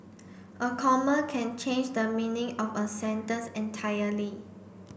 a comma can change the meaning of a sentence entirely